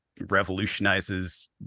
revolutionizes